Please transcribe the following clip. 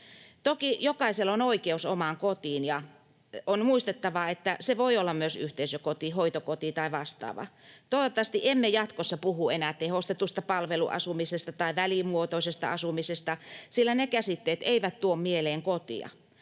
Toki jokaisella on oikeus omaan kotiin, ja on muistettava, että se voi olla myös yhteisökoti, hoitokoti tai vastaava. Toivottavasti emme jatkossa puhu enää tehostetusta palveluasumisesta tai välimuotoisesta asumisesta, sillä ne käsitteet eivät tuo mieleen kotia.